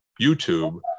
YouTube